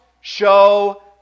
show